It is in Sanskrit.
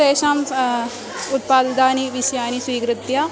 तेषां सा उत्पादिताः विषयाः स्वीगृत्य